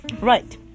Right